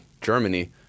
Germany